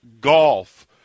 golf